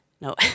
No